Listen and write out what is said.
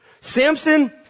Samson